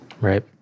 Right